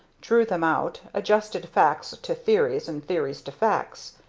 drew them out, adjusted facts to theories and theories to facts.